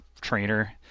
trainer